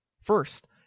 First